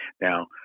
now